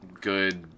good